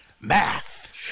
math